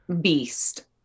Beast